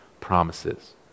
promises